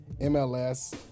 MLS